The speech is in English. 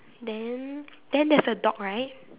then then there's a dog right